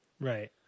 Right